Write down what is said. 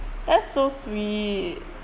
that's so sweet